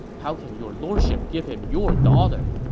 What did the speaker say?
how can your lordship give him your daughter?